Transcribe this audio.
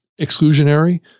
exclusionary